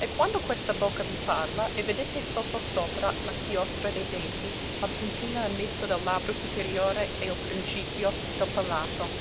e quando questa bocca vi parla e vedete sottosopra la chiostra dei denti la puntina in mezzo del labbro superiore e il principio del palato